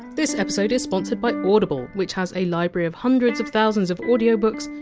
this episode is sponsored by audible, which has a library of hundreds of thousands of audiobooks,